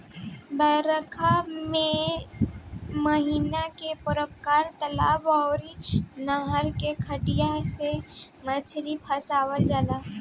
बरखा के महिना में पोखरा, तलाब अउरी नहर में कटिया से मछरी फसावल जाला